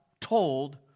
told